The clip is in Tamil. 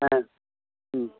ஆ ம்